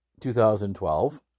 2012